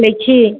छी